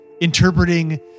interpreting